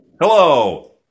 Hello